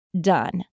done